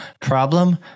problem